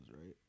right